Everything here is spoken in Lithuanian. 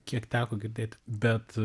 kiek teko girdėt bet